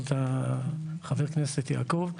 אנחנו